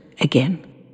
again